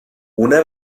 una